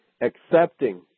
accepting